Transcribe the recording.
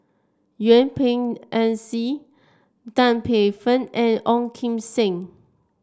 Yuen Peng McNeice Tan Paey Fern and Ong Kim Seng